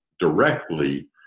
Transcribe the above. Directly